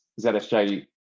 ZSJ